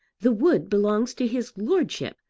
the wood belongs to his lordship,